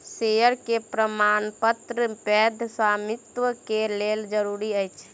share के प्रमाणपत्र वैध स्वामित्व के लेल जरूरी अछि